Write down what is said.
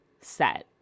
set